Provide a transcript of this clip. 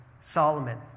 Solomon